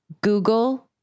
Google